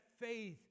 faith